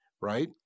right